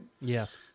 Yes